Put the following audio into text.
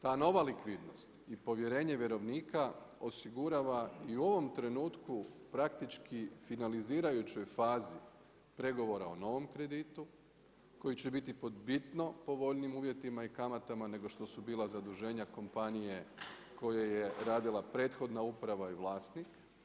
Ta nova likvidnost i povjerenje vjerovnika, osigurava i u ovom trenutku, praktički finalizirajućoj fazi pregovora o novom kreditu, koji će biti pod bitno povoljnijim uvjetima i kamatama, nego što su bila zaduženja kompanije, u kojoj je radila prethodna uprava i vlasti.